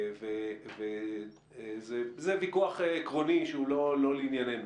זה ויכוח עקרוני שהוא לא לעינינו.